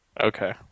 Okay